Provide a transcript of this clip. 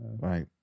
Right